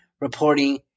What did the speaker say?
reporting